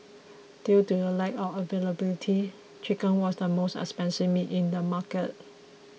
due to the lack of availability chicken was the most expensive meat in the market